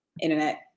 internet